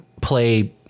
play